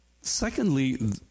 Secondly